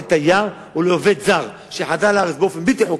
לתייר או לעובד זר שחדר לארץ באופן בלתי חוקי,